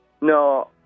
No